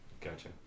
Gotcha